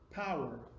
power